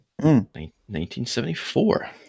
1974